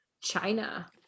China